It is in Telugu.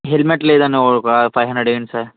హెల్మెట్ లేదని ఒక ఫైవ్ హండ్రెడ్ వేయండి సార్